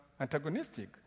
antagonistic